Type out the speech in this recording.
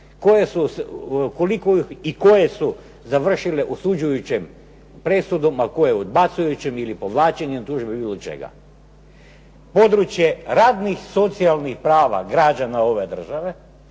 114.? Kolike i koje su završile osuđujućom presudom, a koje odbacujućom ili povlačenjem tužbe ili bilo čega? Područje radnih socijalnih prava građana ove države